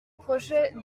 projet